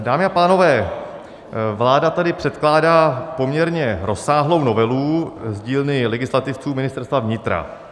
Dámy a pánové, vláda tady předkládá poměrně rozsáhlou novelu z dílny legislativců Ministerstva vnitra.